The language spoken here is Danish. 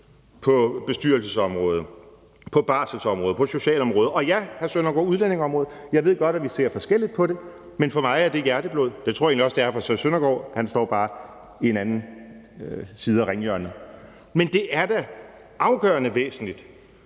på bestyrelsesområdet, på barselsområdet, på socialområdet og på, ja, hr. Søren Søndergaard, udlændingeområdet? Jeg ved godt, at vi ser forskelligt på det, men for mig er det hjerteblod. Det tror jeg egentlig også det er for hr. Søren Søndergaard, men han står bare i det andet ringhjørne. Kl. 15:41 Men det er da afgørende væsentligt,